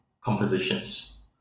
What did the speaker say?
Compositions